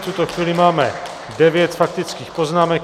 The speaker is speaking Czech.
V tuto chvíli máme devět faktických poznámek.